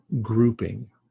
grouping